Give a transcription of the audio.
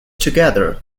together